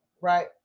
Right